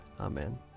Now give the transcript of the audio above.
Amen